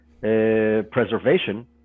preservation